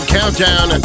Countdown